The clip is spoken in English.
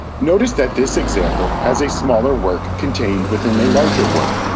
notice that this example has a smaller work contained within a larger work.